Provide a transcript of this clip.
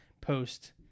post